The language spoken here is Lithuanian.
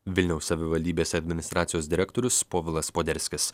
vilniaus savivaldybės administracijos direktorius povilas poderskis